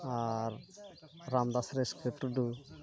ᱟᱨ Ramdas Reska ᱴᱩᱰᱩ